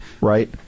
Right